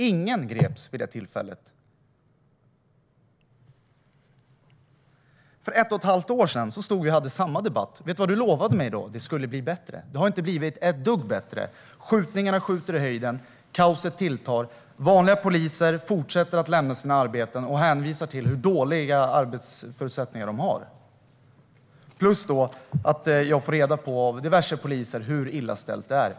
Ingen greps vid det tillfället! För ett och ett halvt år sedan stod vi här och hade samma debatt. Vet du vad du lovade mig då, Anders Ygeman? Du lovade att det skulle bli bättre. Men det har inte blivit ett dugg bättre. Skjutningarna skjuter i höjden. Kaoset tilltar. Vanliga poliser fortsätter att lämna sina arbeten och hänvisar till hur dåliga arbetsförutsättningar de har. Utöver detta får jag av diverse poliser reda på hur illa ställt det är.